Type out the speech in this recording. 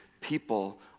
people